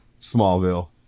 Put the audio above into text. Smallville